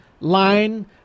line